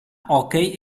hockey